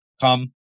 come